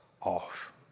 off